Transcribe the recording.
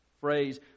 phrase